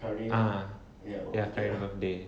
ah what was that one day